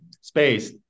Space